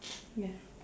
ya